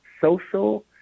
Social